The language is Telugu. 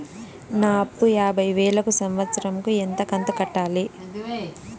నా అప్పు యాభై వేలు కు సంవత్సరం కు ఎంత కంతు కట్టాలి?